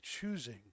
choosing